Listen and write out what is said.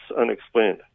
unexplained